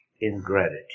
ingratitude